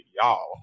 y'all